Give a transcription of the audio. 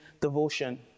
devotion